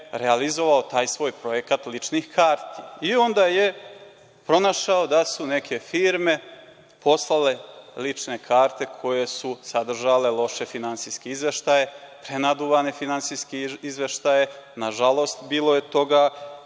realizovao taj svoj projekat ličnih karti. Onda je pronašao da su neke firme poslale lične karte koje su sadržale loše finansijske izveštaje, prenaduvane finansijske izveštaje. Nažalost, bilo je toga.